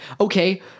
okay